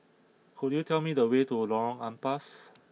could you tell me the way to Lorong Ampas